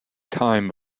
time